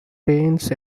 paints